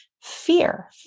fear